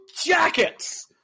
Jackets